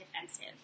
defensive